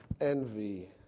envy